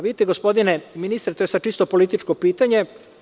Vidite gospodine ministre to je čisto političko pitanje.